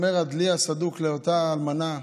אומר הדלי הסדוק לאותה אלמנה: